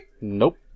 Nope